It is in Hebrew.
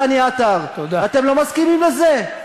דני עטר, אתם לא מסכימים לזה?